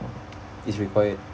it's required